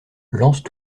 lancent